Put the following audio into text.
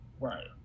Right